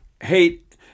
Hate